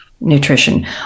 nutrition